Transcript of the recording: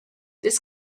this